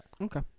okay